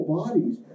bodies